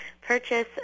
purchase